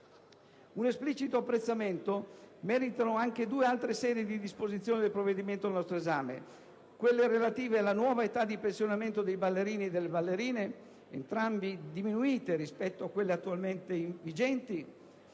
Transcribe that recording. Un esplicito apprezzamento meritano anche due altre serie di disposizioni del provvedimento al nostro esame: quelle relative alle nuove età di pensionamento dei ballerini e delle ballerine, entrambe diminuite rispetto a quelle attualmente vigenti,